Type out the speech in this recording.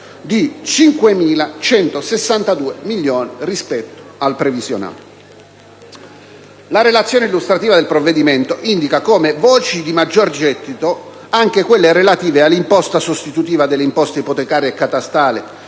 di 5.162 milioni rispetto al previsionale. La relazione illustrativa del provvedimento indica come voci di maggior gettito anche quelle relative alla imposta sostitutiva delle imposte ipotecarie e catastale